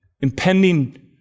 impending